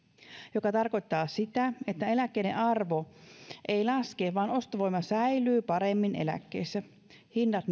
mikä tarkoittaa sitä että eläkkeiden arvo ei laske vaan ostovoima säilyy eläkkeissä paremmin vaikka hinnat